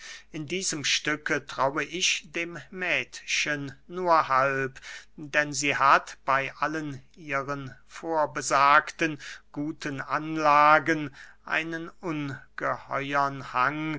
in diesem stücke traue ich dem mädchen nur halb denn sie hat bey allen ihren vorbesagten guten anlagen einen ungeheuern hang